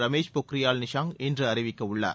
ரமேஷ் பொக்ரியால் நிஷாங்க் இன்று அறிவிக்கவுள்ளார்